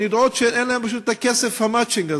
הן יודעות שאין להן פשוט את הכסף, המצ'ינג הזה.